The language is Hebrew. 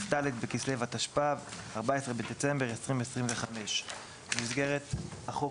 כ"ד בכסלו התשפ"ו (14 בדצמבר 2025)". במסגרת החוק